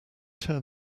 tear